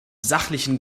sachlichen